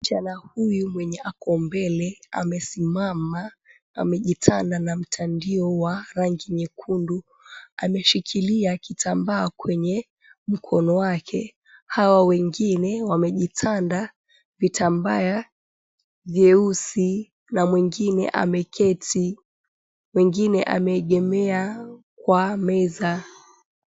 Msichana huyu mwenye ako mbele amesimama, amejitanda na mtandio wa rangi nyekundu, ameshikilia kitambaa kwenye mkono wake. Hao wengine wamejitanda vitambaa vyeusi na mwengine ameketi, mwengine ameegemea kwa meza.